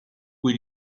cui